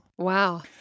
Wow